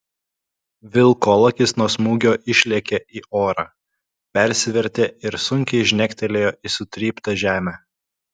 vilkolakis nuo smūgio išlėkė į orą persivertė ir sunkiai žnektelėjo į sutryptą žemę